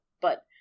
but-